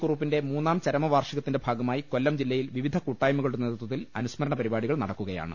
കുറുപ്പിന്റെ മൂന്നാം ചരമ വാർഷികത്തിന്റെ ഭാഗമായി കൊല്ലം ജില്ലയിൽ വിവിധ കൂട്ടായ്മകളുടെ നേതൃത്വത്തിൽ അനുസ്മരണ പരിപാടികൾ നടക്കുകയാണ്